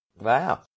Wow